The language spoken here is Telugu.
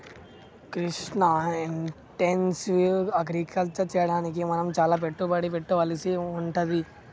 కృష్ణ ఇంటెన్సివ్ అగ్రికల్చర్ చెయ్యడానికి మనం చాల పెట్టుబడి పెట్టవలసి వుంటది